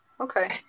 okay